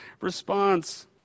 response